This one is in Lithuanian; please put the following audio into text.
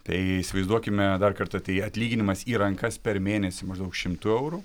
tai įsivaizduokime dar kartą tai atlyginimas į rankas per mėnesį maždaug šimtu eurų